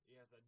Yes